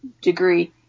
degree